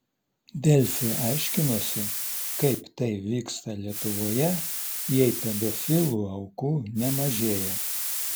delfi aiškinosi kaip tai vyksta lietuvoje jei pedofilų aukų nemažėja